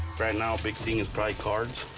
right now big thing is probably cards.